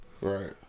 Right